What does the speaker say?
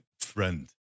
friend